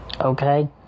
Okay